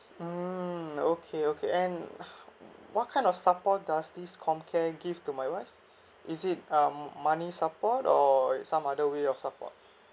mmhmm okay okay and ho~ what kind of support does this comcare give to my wife is it um money support or some other way of support